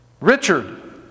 Richard